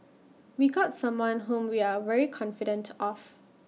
we got someone whom we are very confident of